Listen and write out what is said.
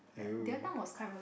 oh